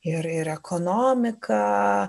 ir ir ekonomika